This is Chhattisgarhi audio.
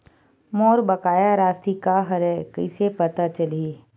मोर बकाया राशि का हरय कइसे पता चलहि?